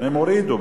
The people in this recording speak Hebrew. הם הורידו.